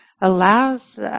allows